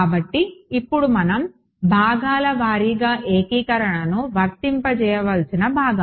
కాబట్టి ఇప్పుడు మనం భాగాల వారీగా ఏకీకరణను వర్తింపజేయవలసిన భాగం